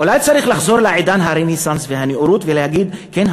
אולי צריך לחזור לעידן הרנסנס והנאורות ולהגיד: כן,